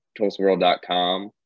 TulsaWorld.com